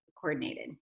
coordinated